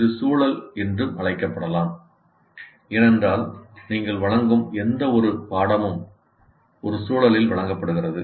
இது சூழல் என்றும் அழைக்கப்படலாம் ஏனென்றால் நீங்கள் வழங்கும் எந்தவொரு பாடமும் ஒரு சூழலில் வழங்கப்படுகிறது